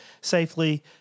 safely